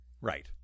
Right